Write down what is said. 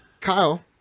Kyle